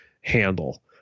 handle